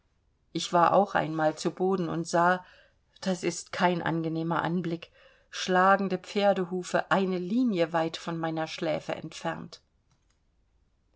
ich war auch einmal zu boden und sah das ist kein angenehmer anblick schlagende pferdehufe eine linie weit von meiner schläfe entfernt